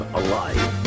alive